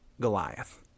Goliath